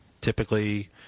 typically